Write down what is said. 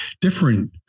different